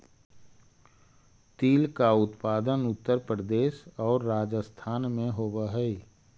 तिल का उत्पादन उत्तर प्रदेश और राजस्थान में होवअ हई